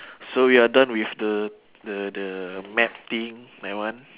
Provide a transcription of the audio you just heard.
so we are done with the the the map thing that one